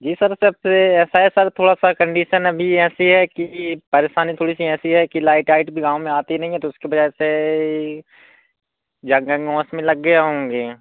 जी sir सब तो यह ऐसा है थोड़ा सा सर कन्डिशन अभी ऐसी है कि परेशानी थोड़ी सी ऐसी है कि लाइट आइट भी गाँव में आती नहीं है तो उसकी वज़ह से में लग गया हूँ अभी